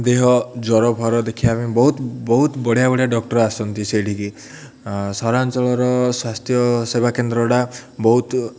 ଦେହ ଜ୍ୱର ଫର ଦେଖିବା ପାଇଁ ବହୁତ ବହୁତ ବଢ଼ିଆ ବଢ଼ିଆ ଡକ୍ଟର୍ ଆସନ୍ତି ସେଇଠିକି ସହରାଞ୍ଚଳର ସ୍ୱାସ୍ଥ୍ୟ ସେବା କେନ୍ଦ୍ରଟା ବହୁତ